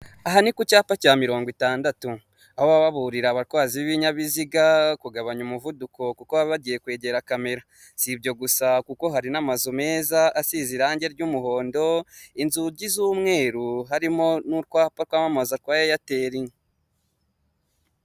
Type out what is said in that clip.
Aha ni ku cyapa cya mirongo itandatu aho baba baburira abatwazi b'ibinyabiziga kugabanya umuvuduko kuko baba bagiye kwegera camera si ibyo gusa kuko hari n'amazu meza asize irangi ry'umuhondo inzugi z'umweru harimo n'utwapa twamamaza twa airtel .